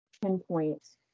pinpoint